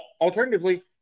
alternatively